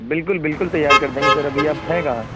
بالکل بالکل تیار کر دیں گے سر ابھی آپ ہیں کہاں